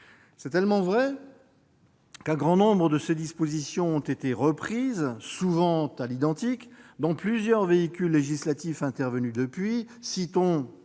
C'est tellement vrai qu'un grand nombre de ces dispositions ont été reprises, souvent à l'identique, dans plusieurs véhicules législatifs intervenus depuis : citons,